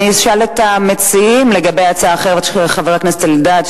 אני אשאל את המציעים לגבי ההצעה האחרת של חבר הכנסת אלדד,